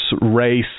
race